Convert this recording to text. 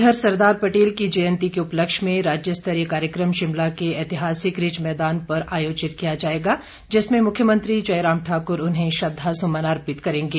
इधर सरदार पटेल की जयंती के उपलक्ष्य में राज्यस्तरीय कार्यक्रम शिमला के ऐतिहासिक रिज मैदान पर आयोजित किया जाएगा जिसमें मुख्यमंत्री जयराम ठाक्र उन्हें श्रद्धासुमन अर्पित करेंगे